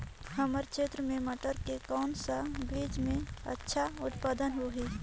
हमर क्षेत्र मे मटर के कौन सा बीजा मे अच्छा उत्पादन होही?